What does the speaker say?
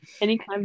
anytime